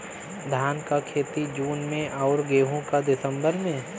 धान क खेती जून में अउर गेहूँ क दिसंबर में?